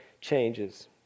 changes